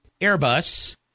Airbus